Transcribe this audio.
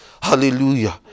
Hallelujah